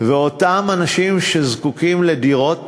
ואותם אנשים שזקוקים לדירות